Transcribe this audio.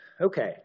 Okay